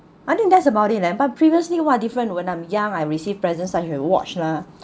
I think that's about it leh but previously !wah! different when I'm young I received presents Iike watch lah